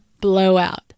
blowout